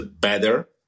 better